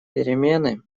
перемены